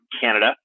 Canada